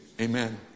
Amen